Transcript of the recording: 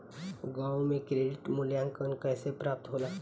गांवों में क्रेडिट मूल्यांकन कैसे प्राप्त होला?